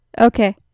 Okay